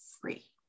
free